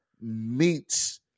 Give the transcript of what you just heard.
meets